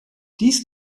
dies